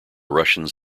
russians